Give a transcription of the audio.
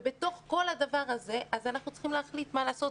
ובתוך כל הדבר הזה אנחנו צריכים להחליט מה לעשות.